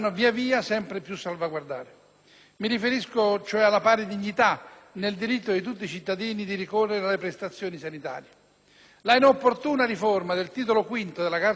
Mi riferisco alla pari dignità nel diritto di tutti i cittadini di ricorrere alle prestazioni sanitarie. L'inopportuna riforma del Titolo V della Carta costituzionale dell'anno 2000,